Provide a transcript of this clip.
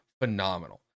phenomenal